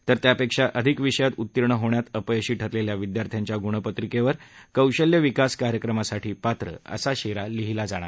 तर त्यापेक्षा अधिक विषयात उत्तीर्ण होण्यात अपयशी ठरलेल्या विद्यार्थ्यांच्या गुणपत्रिकेवर कोशल्य विकास कार्यक्रमासाठी पात्र असा शेरा लिहिला जाणार आहे